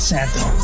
Santa